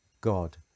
God